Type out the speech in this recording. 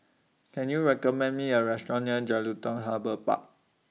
Can YOU recommend Me A Restaurant near Jelutung Harbour Park